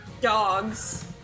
dogs